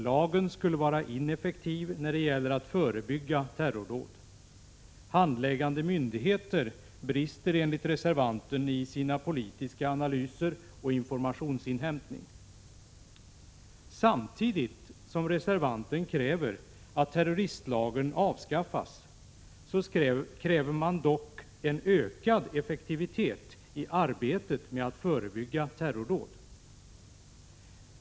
Lagen skulle vara ineffektiv när det gäller att förebygga terrordåd. Handläggande myndigheter brister enligt reservanten i sina politiska analyser och sin informationsinhämtning. Samtidigt som reservanten kräver att terroristlagen avskaffas, så kräver man dock en ökad effektivitet i arbetet med att förebygga terrordåd.